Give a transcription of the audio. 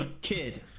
Kid